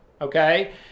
okay